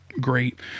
great